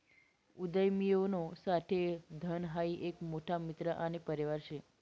उदयमियोना साठे धन हाई एक मोठा मित्र आणि परिवार शे